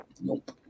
Nope